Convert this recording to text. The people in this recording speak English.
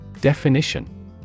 Definition